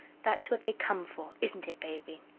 that's what they come for isn't it, baby?